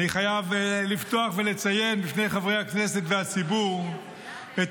אני חייב לפתוח ולציין בפני חברי הכנסת והציבור את